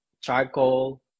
charcoal